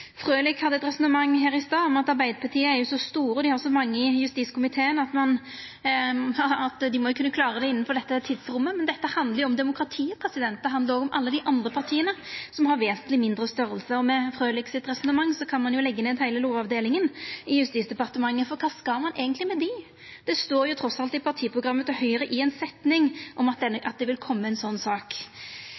Frølich hadde eit resonnement i stad om at Arbeidarpartiet er så store og har så mange i justiskomiteen at dei jo må kunna klara det innanfor dette tidsrommet, men dette handlar jo om demokratiet. Det handlar òg om alle dei andre partia som har vesentleg mindre størrelse, og med Frølichs resonnement kan ein jo leggja ned heile Lovavdelinga i Justis- og beredskapsdepartementet, for kva skal ein eigentleg med ho? Det står trass alt i ei setning i partiprogrammet til Høgre at det vil koma ei slik sak. Og då kan ein